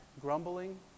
grumbling